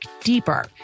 deeper